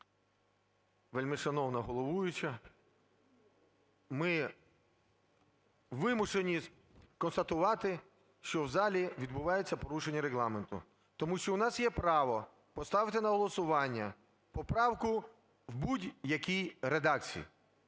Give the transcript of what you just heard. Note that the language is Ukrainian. Вельмишановна головуюча, ми вимушені констатувати, що в залі відбувається порушення Регламенту. Тому що у нас є право поставити на голосування поправку в будь-якій редакції,